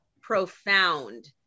profound